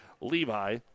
Levi